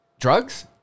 Drugs